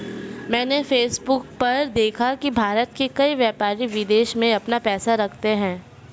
मैंने फेसबुक पर देखा की भारत के कई व्यापारी विदेश में अपना पैसा रखते हैं